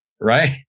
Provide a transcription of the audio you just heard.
Right